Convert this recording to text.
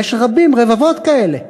ויש רבים, רבבות כאלה.